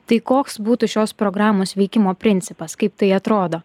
tai koks būtų šios programos veikimo principas kaip tai atrodo